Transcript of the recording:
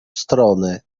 stronę